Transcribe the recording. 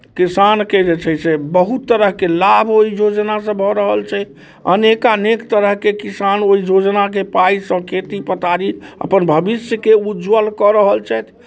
किसानके जे छै से बहुत तरहके लाभ ओहि योजनासँ भऽ रहल छै अनेकानेक तरहके किसान ओहि योजनाके पाइसँ खेती पथारी अपन भविष्यके उज्ज्वल कऽ रहल छथि